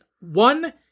one